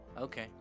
Okay